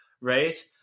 Right